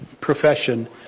profession